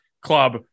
club